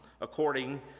according